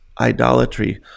idolatry